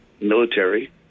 military –